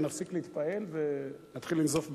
ונפסיק להתפעל ונתחיל לנזוף בך.